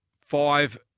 five